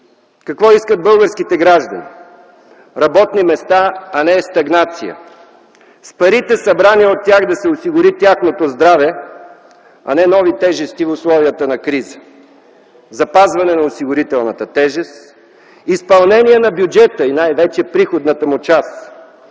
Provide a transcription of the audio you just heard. Какво искат българските граждани? Работни места, а не стагнация; с парите, събрани от тях, да се осигури тяхното здраве, а не нови тежести в условията на криза; запазване на осигурителната тежест; изпълнение на бюджета и най-вече на приходната му част;